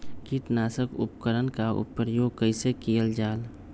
किटनाशक उपकरन का प्रयोग कइसे कियल जाल?